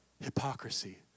hypocrisy